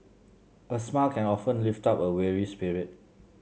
a smile can often lift up a weary spirit